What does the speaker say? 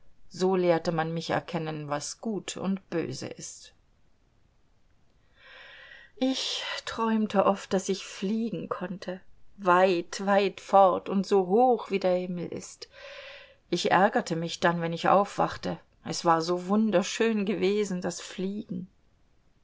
so lehrte man mich erkennen was gut und böse ist ich träumte oft daß ich fliegen konnte weit weit fort und so hoch wie der himmel ist ich ärgerte mich dann wenn ich aufwachte es war so wunderschön gewesen das fliegen